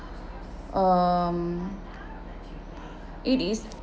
um it is